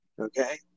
Okay